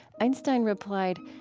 einstein replied,